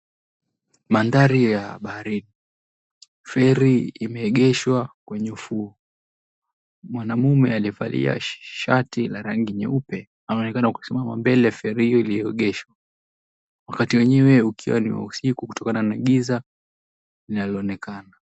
Mandhari ya baharini. Feri imeegeshwa kwenye ufuo. Mwanamume aliyevalia shati la rangi nyeupe anaonekana kusimama mbele ya feri iliyoegeshwa. Wakati wenyewe ukiwa ni wa usiku kutokana na giza linaloonekana.